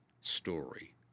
story